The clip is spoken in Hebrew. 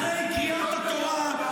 אחרי קריאת התורה,